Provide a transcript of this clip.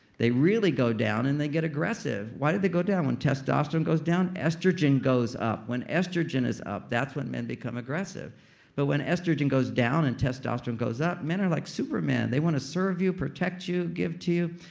they really go down and they get aggressive. why do they go down? when testosterone goes down, estrogen goes up. when estrogen is up, that's when men become aggressive but when estrogen goes down and testosterone goes up, men are like supermen. they want to serve you. protect you. give to you.